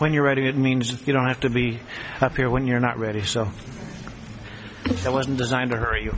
when you're writing it means you don't have to be happier when you're not ready so it wasn't designed to hur